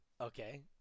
Okay